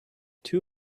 two